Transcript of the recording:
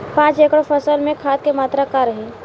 पाँच एकड़ फसल में खाद के मात्रा का रही?